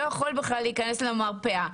לא יכול בכלל להיכנס למרפאה.